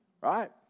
right